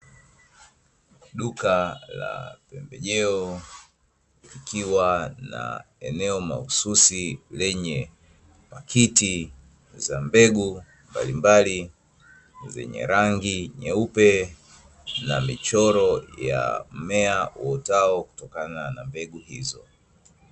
Duka la pembejeo likiwa na eneo mahususi, lenye pakiti za mbegu mbalimbali zenye rangi nyeupe na michoro ya mmea uotao kutokana na mbegu hizo.